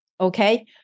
Okay